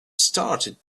started